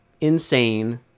insane